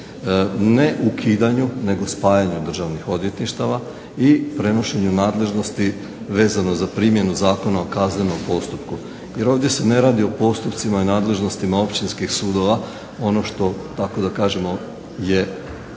ne ukidanju nego spajanju državnih odvjetništava i prenošenju nadležnosti vezano na primjenu Zakona o kaznenom postupku jer ovdje se ne radi o postupcima i nadležnostima općinskih sudova. Ono što tako da kažemo je